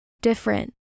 different